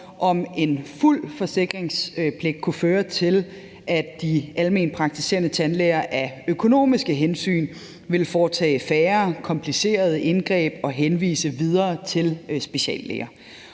om en fuld forsikringspligt kunne føre til, at de almenpraktiserende tandlæger af økonomiske hensyn ville foretage færre komplicerede indgreb og henvise videre til speciallæger.